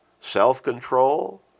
self-control